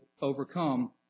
overcome